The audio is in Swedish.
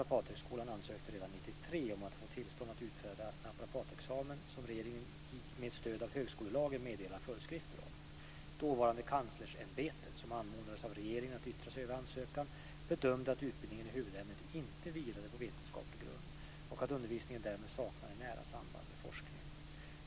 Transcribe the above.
1993 om att få tillstånd att utfärda naprapatexamen som regeringen med stöd av högskolelagen, Kanslersämbetet, som anmodades av regeringen att yttra sig över ansökan, bedömde att utbildningen i huvudämnet inte vilade på vetenskaplig grund och att undervisningen därmed saknade nära samband med forskning.